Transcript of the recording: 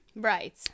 Right